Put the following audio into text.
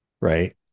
right